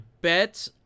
bet